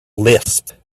lisp